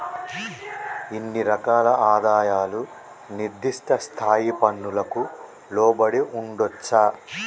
ఇన్ని రకాల ఆదాయాలు నిర్దిష్ట స్థాయి పన్నులకు లోబడి ఉండొచ్చా